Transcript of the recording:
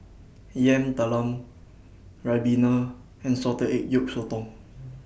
Yam Talam Ribena and Salted Egg Yolk Sotong